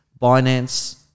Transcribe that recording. Binance